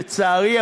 לצערי,